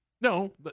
No